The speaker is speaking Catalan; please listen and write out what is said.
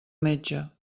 metge